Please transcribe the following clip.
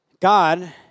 God